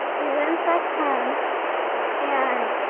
we went back home and